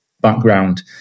background